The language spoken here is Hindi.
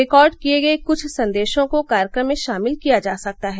रिकॉर्ड किए गए क्छ संदेशों को कार्यक्रम में शामिल किया जा सकता है